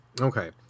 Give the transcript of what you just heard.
Okay